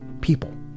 People